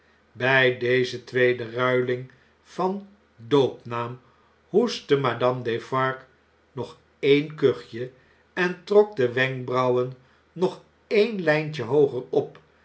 bjj deze tweede ruiling van doopnaam hoestte madame defarge nog een kuchje en trok de wenkbrauwen nog een ljjntje hooger op